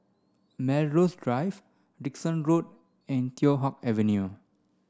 Melrose Drive Dickson Road and Teow Hock Avenue